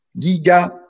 giga